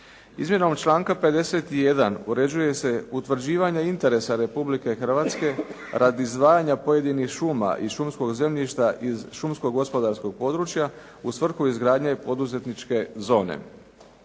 Izmjenom članka 51. uređuje se utvrđivanje interesa Republike Hrvatske radi izdvajanja pojedinih šuma i šumskog zemljišta iz šumsko-gospodarskog područja u svrhu izgradnje poduzetničke zone.